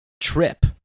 trip